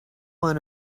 want